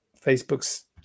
Facebook's